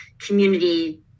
community